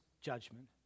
judgment